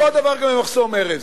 אותו דבר גם עם מחסום ארז.